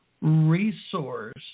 resource